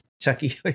Chucky